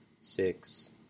six